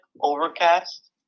Overcast